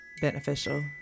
beneficial